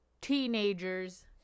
teenagers